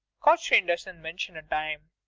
cochrane doesn't mention a time,